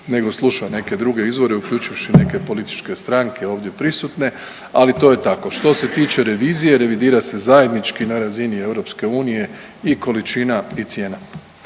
nego sluša neke druge izvore, uključivši i neke političke stranke ovdje prisutne, ali to je tako. Što se tiče revizije, revidira se zajednički na razini EU i količina i cijena.